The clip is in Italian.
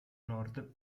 nord